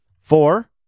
Four